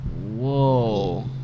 Whoa